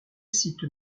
sites